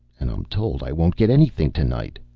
and i'm told i won't get anything to-night.